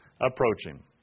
approaching